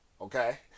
okay